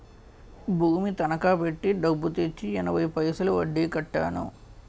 భూమి తనకా పెట్టి డబ్బు తెచ్చి ఎనభై పైసలు వడ్డీ కట్టాను